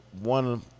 one